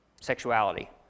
sexuality